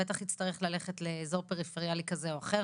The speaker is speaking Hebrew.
בטח יצטרך ללכת לאזור פריפריאלי כזה או אחר,